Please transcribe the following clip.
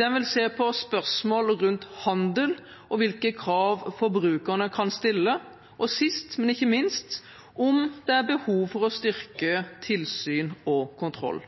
Den vil se på spørsmål rundt handel og hvilke krav forbrukerne kan stille, og sist, men ikke minst, om det er behov for å styrke tilsyn og kontroll.